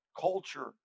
culture